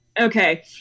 okay